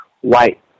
white